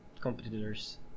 competitors